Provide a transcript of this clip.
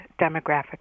demographic